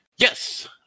Yes